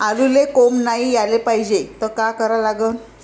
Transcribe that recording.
आलूले कोंब नाई याले पायजे त का करा लागन?